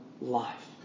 life